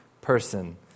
person